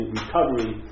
recovery